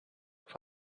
auf